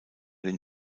den